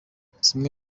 zimwe